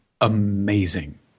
amazing